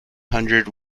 hundred